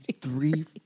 three